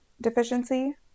deficiency